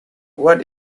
what